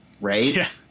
right